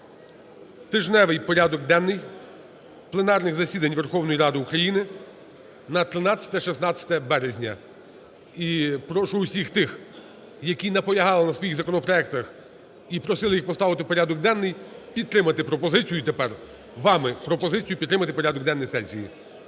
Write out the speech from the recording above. тижневий порядок денний пленарних засідань Верховної Ради України на 13-16 березня. І прошу усіх тих, які наполягали на своїх законопроектах і просили їх поставити у порядок денний, підтримати пропозицію тепер – вами – пропозицію підтримати порядок денний сесії.